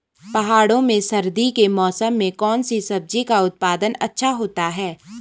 पहाड़ों में सर्दी के मौसम में कौन सी सब्जी का उत्पादन अच्छा होता है?